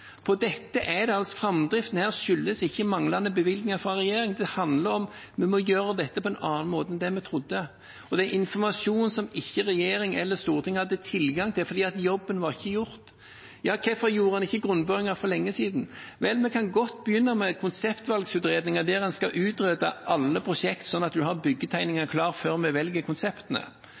regjeringen. Dette handler om at vi må gjøre det på en annen måte enn vi trodde. Det er informasjon som verken regjeringen eller Stortinget hadde tilgang til, fordi jobben ikke var gjort. Hvorfor gjorde en ikke grunnboringer for lenge siden? Vel, vi kan godt begynne med konseptvalgutredninger der en skal utrede alle prosjekter sånn at en har byggetegningene klare før en velger konseptene, men da kommer vi til å bruke lang tid før vi